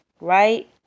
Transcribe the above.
right